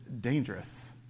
dangerous